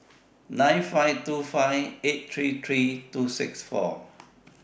nine five two five eight three three two six four